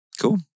Cool